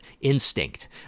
Instinct